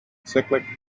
cyclic